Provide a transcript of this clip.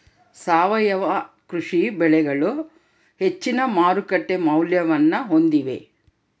ಸಾವಯವ ಕೃಷಿ ಬೆಳೆಗಳು ಹೆಚ್ಚಿನ ಮಾರುಕಟ್ಟೆ ಮೌಲ್ಯವನ್ನ ಹೊಂದಿವೆ